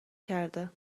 کرده